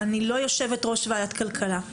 אני לא יושבת-ראש ועדת הכלכלה.